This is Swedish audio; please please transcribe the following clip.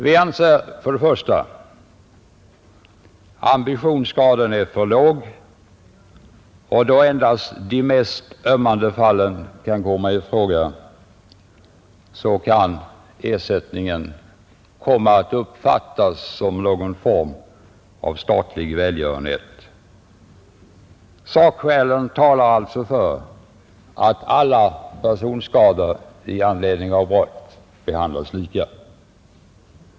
Vi anser för det första att ambitionsgraden är för låg, och då endast de mest ömmande fallen kommer i fråga kan ersättningen komma att uppfattas som någon form av statlig välgörenhet. Sakskäl talar för att alla personskador i anledning av brott behandlas lika.